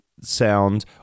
sound